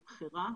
היא בחירה,